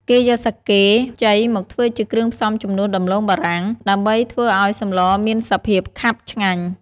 គេយកសាកេខ្ចីមកធ្វើជាគ្រឿងផ្សំជំនួសដំឡូងបារាំង ដើម្បីធ្វើឱ្យសម្លមានសភាពខាប់ឆ្ងាញ់។